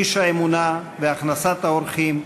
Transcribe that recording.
איש האמונה והכנסת האורחים,